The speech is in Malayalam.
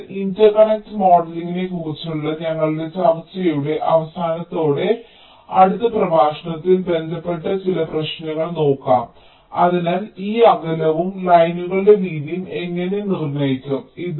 അതിനാൽ ഇന്റർകണക്ട് മോഡലിംഗിനെക്കുറിച്ചുള്ള ഞങ്ങളുടെ ചർച്ചയുടെ അവസാനത്തോടെ ഞങ്ങളുടെ അടുത്ത പ്രഭാഷണത്തിൽ ബന്ധപ്പെട്ട ചില പ്രശ്നങ്ങൾ നോക്കാം അതിനാൽ ഈ അകലവും ലൈനുകളുടെ വീതിയും എങ്ങനെ നിർണ്ണയിക്കും